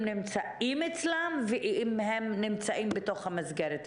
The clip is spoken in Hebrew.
נמצאים אצלם ואם הם נמצאים בתוך המסגרת.